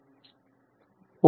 f દ્વારા બદલો